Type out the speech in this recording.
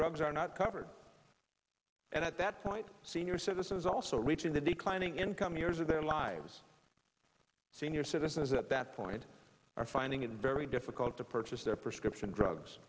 drugs are not covered and at that point senior citizens also reaching the declining income years of their lives senior citizens at that point are finding it very difficult to purchase their prescription drugs